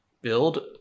build